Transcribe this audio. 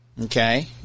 okay